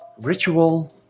ritual